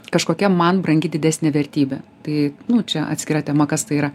kažkokia man brangi didesnė vertybė tai nu čia atskira tema kas tai yra